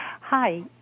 Hi